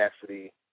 capacity